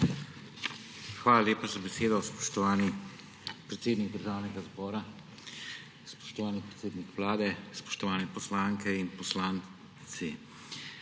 Hvala lepa za besedo, spoštovani predsednik Državnega zbora. Spoštovani predsednik Vlade, spoštovane poslanke in poslanci!